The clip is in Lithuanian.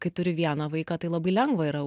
kai turi vieną vaiką tai labai lengva yra